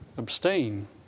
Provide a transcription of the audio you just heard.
Abstain